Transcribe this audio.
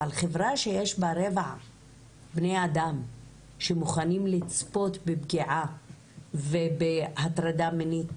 אבל חברה שיש בה רבע מיליון בני אדם שמוכנים לצפות בפגיעה ובהטרדה מינית